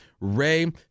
Ray